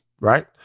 right